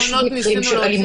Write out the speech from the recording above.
במקרים כאלה,